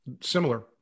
similar